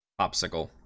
popsicle